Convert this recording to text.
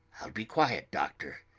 i'll be quiet, doctor.